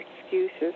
excuses